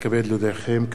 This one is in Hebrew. מתנגדים.